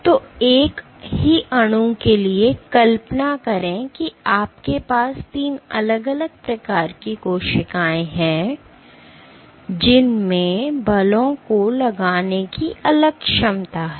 तो एक ही अणु के लिए कल्पना करें कि आपके पास 3 अलग अलग प्रकार की कोशिकाएं हैं जिनमें बलों को लगाने की अलग क्षमता है